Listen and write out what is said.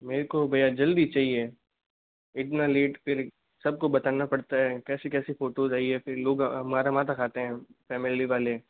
मेरे को भईया जल्दी चाहिए इतना लेट फिर सबको बताना पड़ता है कैसी कैसी फोटोज आई है फिर लोग हमारा माथा खाते है फैमिली वाले